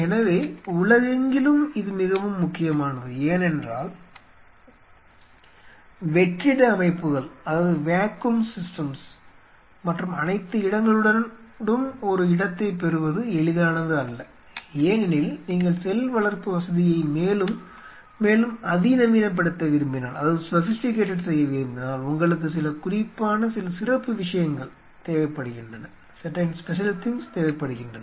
எனவே உலகெங்கிலும் இது மிகவும் முக்கியமானது ஏனென்றால் வெற்றிட அமைப்புகள் மற்றும் அனைத்து இடங்களுடனும் ஒரு இடத்தைப் பெறுவது எளிதானது அல்ல ஏனெனில் நீங்கள் செல் வளர்ப்பு வசதியை மேலும் மேலும் அதிநவீனப்படுத்த விரும்பினால் உங்களுக்கு சில குறிப்பான சிறப்பு விஷயங்கள் தேவைப்படுகின்றன